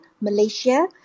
Malaysia